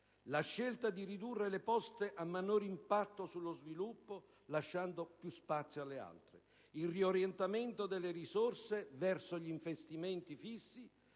la scelta di ridurre le poste a minore impatto sullo sviluppo, lasciando più spazio alle altre; il riorentamento delle risorse verso gli investimenti fissi;